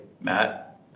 Matt